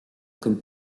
comme